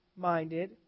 minded